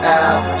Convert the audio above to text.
out